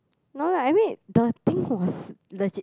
no lah I mean the thing was legit